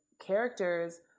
characters